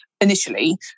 initially